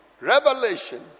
revelation